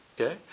Okay